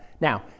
Now